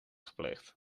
gepleegd